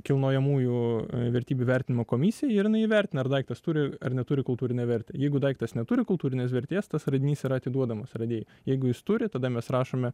kilnojamųjų vertybių vertinimo komisijai ir jinai įvertina ar daiktas turi ar neturi kultūrinę vertę jeigu daiktas neturi kultūrinės vertės tas radinys yra atiduodamas radėjui jeigu jis turi tada mes rašome